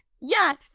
Yes